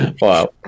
Wow